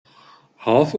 half